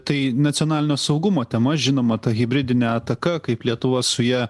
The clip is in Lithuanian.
tai nacionalinio saugumo tema žinoma ta hibridinė ataka kaip lietuva su ja